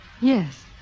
Yes